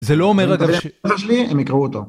זה לא אומר... זה שלי, הם יקראו אותו.